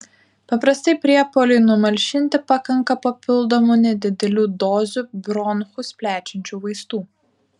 paprastai priepuoliui numalšinti pakanka papildomų nedidelių dozių bronchus plečiančių vaistų